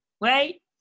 right